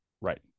Right